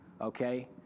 okay